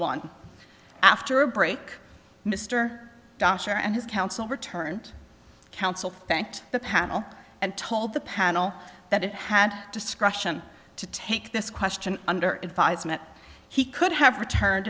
one after a break mr dr and his counsel returned counsel thanked the panel and told the panel that it had discretion to take this question under if eyes met he could have returned